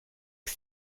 que